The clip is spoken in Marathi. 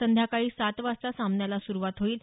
संध्याकाळी सात वाजता सामन्याला सुरुवात होईल